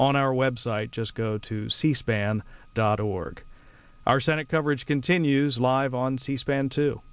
on our website just go to c span dot org our senate coverage continues live on c span t